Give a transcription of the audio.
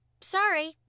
Sorry